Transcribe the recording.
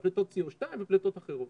על פליטות CO2 ופליטות אחרות,